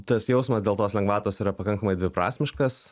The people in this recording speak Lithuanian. tas jausmas dėl tos lengvatos yra pakankamai dviprasmiškas